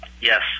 yes